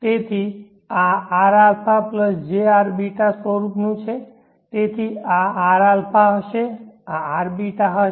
તો આ rαjrβ સ્વરૂપનું છે તેથી આ rα હશે આ rβ હશે